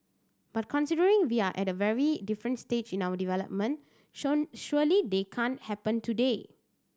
but considering we are at a very different stage in our development sure surely that can't happen today